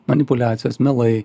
manipuliacijos melai